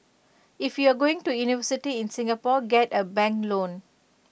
if you're going to university in Singapore get A bank loan